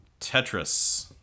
Tetris